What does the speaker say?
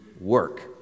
work